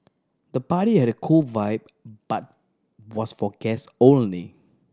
the party had a cool vibe but was for guest only